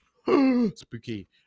Spooky